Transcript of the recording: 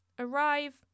Arrive